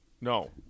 no